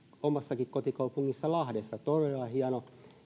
omassa kotikaupungissani lahdessa on todella hieno